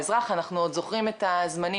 בסדר,